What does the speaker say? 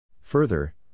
Further